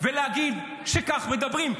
ולהגיד שכך מדברים.